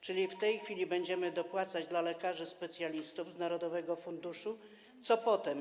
Czyli w tej chwili będziemy dopłacać lekarzom specjalistom z narodowego funduszu, a co potem?